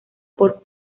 por